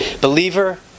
Believer